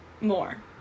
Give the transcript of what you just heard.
more